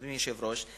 אדוני היושב-ראש,